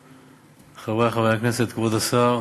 תודה, חברי חברי הכנסת, כבוד השר,